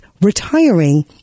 retiring